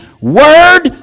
word